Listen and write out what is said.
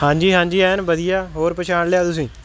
ਹਾਂਜੀ ਹਾਂਜੀ ਐਨ ਵਧੀਆ ਹੋਰ ਪਛਾਣ ਲਿਆ ਤੁਸੀਂ